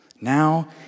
Now